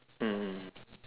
mm